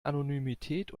anonymität